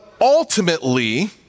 ultimately